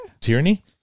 Tyranny